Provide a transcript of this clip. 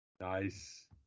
Nice